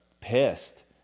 pissed